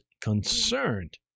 concerned